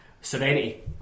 serenity